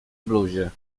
bluzie